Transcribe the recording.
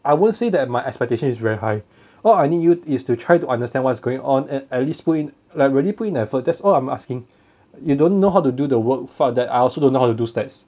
I won't say that my expectation is very high all I need you is to try to understand what's going on at at least put in like really put in the effort that's all I'm asking you don't know how to do the work for that I also don't know how to do stats